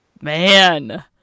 Man